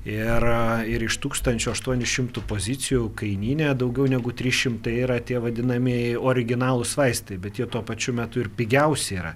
ir ir iš tūkstančio aštuonių šimtų pozicijų kainyne daugiau negu trys šimtai yra tie vadinamieji originalūs vaistai bet jie tuo pačiu metu ir pigiausi yra